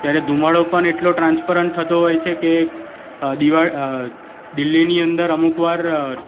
ત્યારે ધુમાડો પણ એટલો ટ્રાન્સપરંટ થતો હોય છે દીવા દિલ્હીની અંદર અમુક વાર